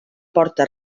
porta